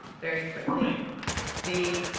very quickly the,